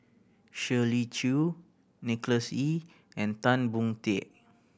Shirley Chew Nicholas Ee and Tan Boon Teik